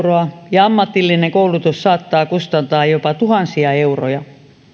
ja ammatillinen koulutus saattaa kustantaa jopa tuhansia euroja